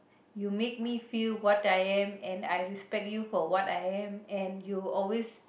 you make me feel what I am and I respect you for what I am and you always